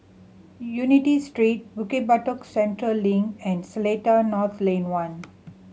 Unity Street Bukit Batok Central Link and Seletar North Lane One